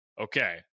okay